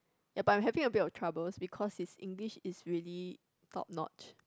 ya but I'm having a bit of troubles because his English is really top notch